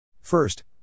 First